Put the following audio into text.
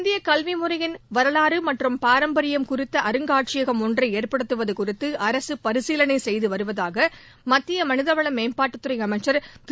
இந்திய கல்வி முறையின் வரலாறு மற்றும் பாரம்பரியம் குறித்த அருங்காட்சியகம் ஒன்றை ஏற்படுத்துவது குறித்து அரசு பரிசீலனை செய்து வருவதாக மத்திய மனிதவள மேம்பாட்டுத்துறை அமைச்சர் திரு